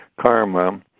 karma